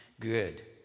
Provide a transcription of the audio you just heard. good